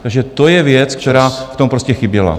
Takže to je věc, která v tom prostě chyběla.